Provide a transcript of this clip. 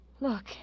Look